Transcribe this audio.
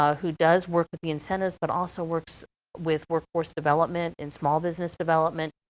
um who does work with the incentives, but also works with workforce development and small business development.